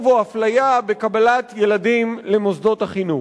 או אפליה בקבלת ילדים למוסדות חינוך.